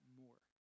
more